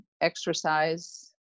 exercise